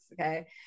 okay